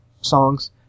songs